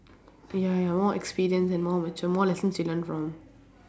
ya ya more experience and more mature more lessons you learn from